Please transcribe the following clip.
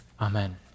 Amen